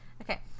okay